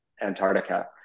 antarctica